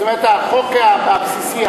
זאת אומרת החוק הבסיסי,